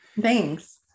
thanks